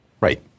right